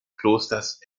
klosters